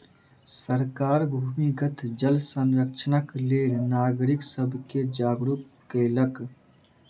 सरकार भूमिगत जल संरक्षणक लेल नागरिक सब के जागरूक केलक